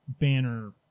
banner